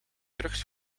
drugs